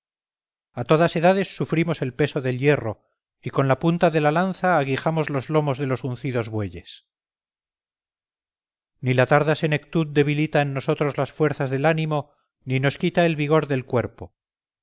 a todas edades sufrimos el peso del hierro y con la punta de la lanza aguijamos los lomos de los uncidos bueyes ni la tarda senectud debilita en nosotros las fuerzas del ánimo ni nos quita el vigor del cuerpo